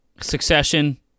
Succession